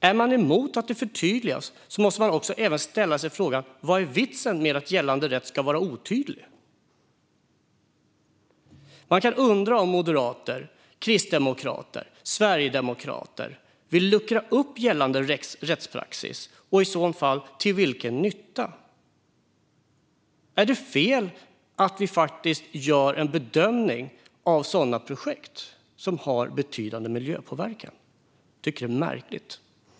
Är man emot att den förtydligas måste man också ställa sig frågan vad vitsen är med att gällande rätt ska vara otydlig. Man kan undra om moderater, kristdemokrater och sverigedemokrater vill luckra upp gällande rättspraxis, och i så fall till vilken nytta. Är det fel att vi faktiskt gör en bedömning av sådana projekt som har betydande miljöpåverkan? Jag tycker att det är märkligt.